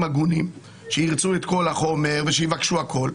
הגונים שירצו את כל החומר ושיבקשו הכול,